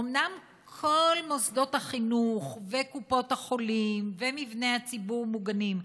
אומנם כל מוסדות החינוך וקופות החולים ומבני הציבור ממוגנים,